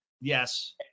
Yes